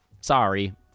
sorry